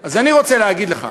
אז אני רוצה להגיד לך,